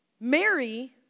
Mary